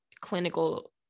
clinical